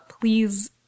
Please